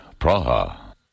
Praha